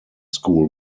school